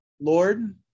Lord